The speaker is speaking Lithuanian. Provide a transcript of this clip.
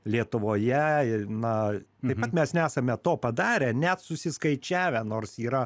lietuvoje ir na taip pat mes nesame to padarę net susiskaičiavę nors yra